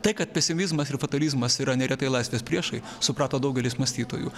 tai kad pesimizmas ir fatalizmas yra neretai laisvės priešai suprato daugelis mąstytojų